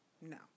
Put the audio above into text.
No